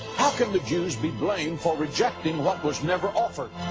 how can the jews be blamed for rejecting what was never offered?